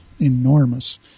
enormous